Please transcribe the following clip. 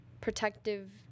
protective